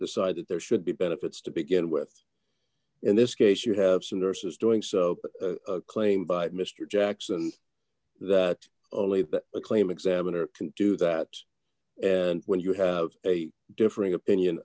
decide that there should be benefits to begin with in this case you have some nurses doing so claim by mr jackson that a claim examiner can do that and when you have a differing opinion